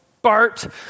Bart